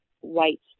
white